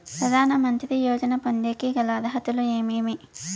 ప్రధాన మంత్రి యోజన పొందేకి గల అర్హతలు ఏమేమి?